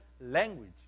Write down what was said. language